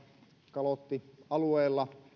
kalottialueella